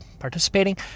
participating